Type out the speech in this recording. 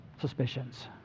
suspicions